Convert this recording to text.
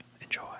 enjoy